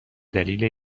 دلیل